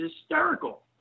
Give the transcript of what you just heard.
hysterical